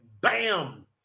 bam